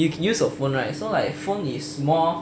you can use your phone right so like phone is more